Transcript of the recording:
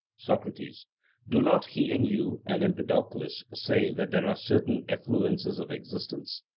socrates do not he and you and empedocles say that there are certain effluences of existence?